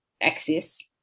access